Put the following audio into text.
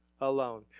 alone